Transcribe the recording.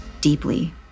deeply